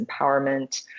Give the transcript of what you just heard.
empowerment